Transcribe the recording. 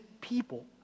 people